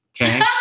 Okay